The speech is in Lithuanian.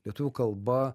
lietuvių kalba